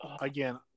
again